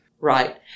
Right